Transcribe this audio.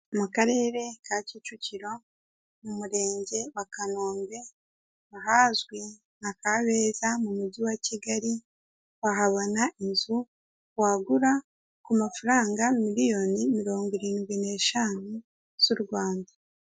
Mu karere ka Kicukiro mu murenge wa Kanombe ahazwi nka Kabeza mu mujyi wa Kigali, wahabona inzu wagura ku mafaranga miliyoni mirongo irindwi n'eshanu z'u Rwanda.